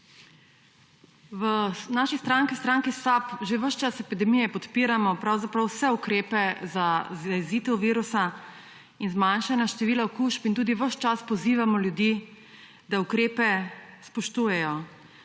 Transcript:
V naši stranki, stranki SAB, že ves čas epidemije podpiramo pravzaprav vse ukrepe za zajezitev virusa in zmanjšanje števila okužb in tudi ves čas pozivamo ljudi, da ukrepe spoštujejo.